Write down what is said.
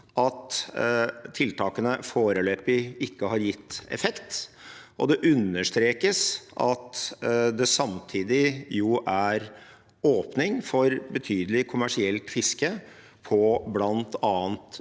at tiltakene foreløpig ikke har gitt effekt, og det understrekes at det samtidig er åpning for betydelig kommersielt fiske på bl.a.